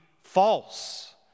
false